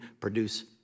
produce